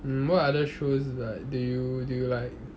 mm what other shows like do you do you like